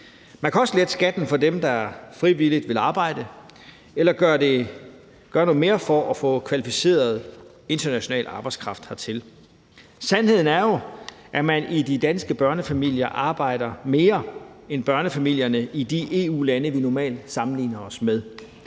Man kan også lette skatten for dem, der frivilligt vil arbejde, eller gøre noget mere for at få kvalificeret international arbejdskraft hertil. Sandheden er jo, at man i de danske børnefamilier arbejder mere end børnefamilierne i de EU-lande, vi normalt sammenligner os med.